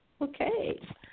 Okay